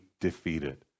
defeated